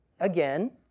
Again